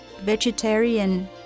vegetarian